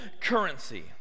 currency